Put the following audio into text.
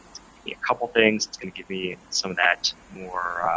going to be a couple of things. it's going to give me some of that more